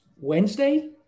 Wednesday